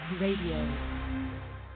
RADIO